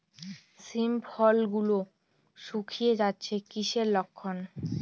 শিম ফল গুলো গুটিয়ে যাচ্ছে কিসের লক্ষন?